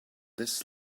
this